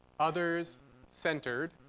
Others-centered